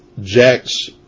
Jack's